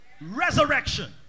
resurrection